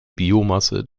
biomasse